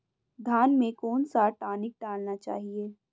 धान में कौन सा टॉनिक डालना चाहिए?